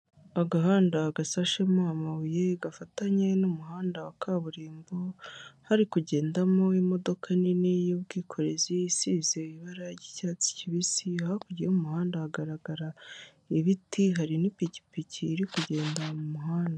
Agahanda gashashemo amabuye gafatanye n'umuhanda wa kaburimbo, hari kugendamo imodoka nini y'ubwikorezi isize ibara ry'icyatsi kibisi, hakurya y'umuhanda hagaragara ibiti, hari n'ipikipiki iri kugendara mu muhanda.